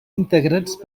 integrats